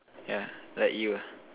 yeah like you ah